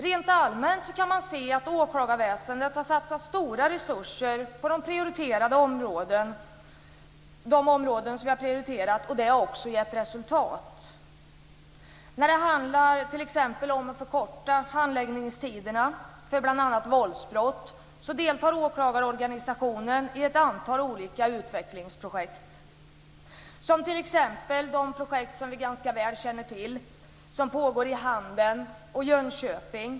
Rent allmänt kan man se att åklagarväsendet har satsat stora resurser på de områden som vi har prioriterat. Det har också gett resultat. När det t.ex. handlar om att förkorta handläggningstiderna för bl.a. våldsbrott deltar åklagarorganisationen i ett antal olika utvecklingsprojekt, t.ex. de projekt som pågår i Handen och i Jönköping och som vi känner till ganska väl.